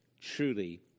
truly